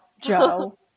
Joe